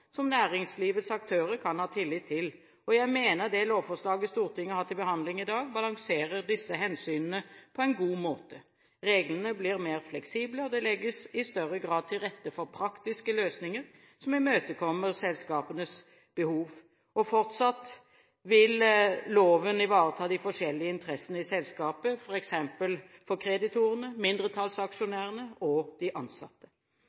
som næringslivets aktører kan ha tillit til, og jeg mener at det lovforslaget som Stortinget har til behandling i dag, balanserer disse hensynene på en god måte. Reglene blir mer fleksible, og det legges i større grad til rette for praktiske løsninger som imøtekommer selskapenes behov. Fortsatt vil loven ivareta de forskjellige interessene i selskapet, f.eks. til kreditorene, mindretallsaksjonærene og de ansatte.